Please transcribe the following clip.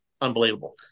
unbelievable